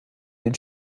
den